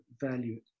value